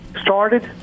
started